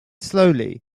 slowly